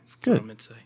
good